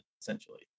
essentially